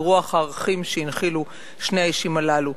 ברוח הערכים שהנחילו שני האישים הללו.